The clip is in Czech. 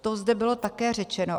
To zde bylo také řečeno.